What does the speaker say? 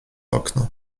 okno